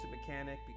mechanic